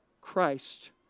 Christ